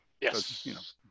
Yes